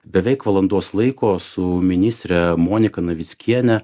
beveik valandos laiko su ministre monika navickiene